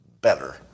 better